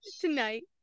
Tonight